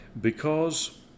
Because